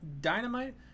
Dynamite